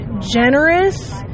generous